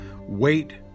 Wait